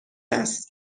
است